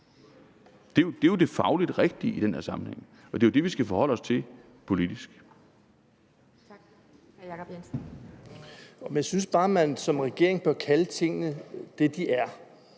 Det er jo det fagligt rigtige i den her sammenhæng, og det er det, vi skal forholde os til politisk.